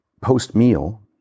post-meal